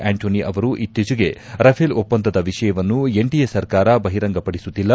ಆ್ಲಂಟನಿ ಅವರು ಇತ್ತೀಚೆಗೆ ರಫೇಲ್ ಒಪ್ಪಂದದ ವಿಷಯವನ್ನು ಎನ್ಡಿಎ ಸರ್ಕಾರ ಬಹಿರಂಗಪಡಿಸುತ್ತಿಲ್ಲ